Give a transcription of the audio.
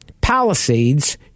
Palisades